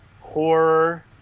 horror